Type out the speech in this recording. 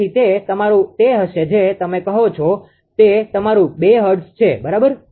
તેથી તે તમારું તે હશે જે તમે કહો છો તે તમારું 2 હર્ટ્ઝ છે બરાબર